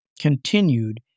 continued